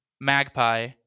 Magpie